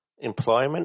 employment